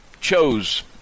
chose